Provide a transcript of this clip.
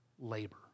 labor